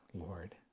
Lord